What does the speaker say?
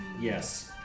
Yes